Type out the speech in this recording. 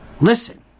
listen